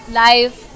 life